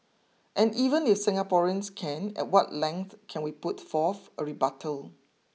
and even if Singaporeans can at what length can we put forth a rebuttal